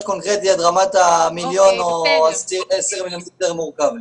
להיות קונקרטי עד רמת המיליון או עד עשרה מיליון זה יותר מורכב.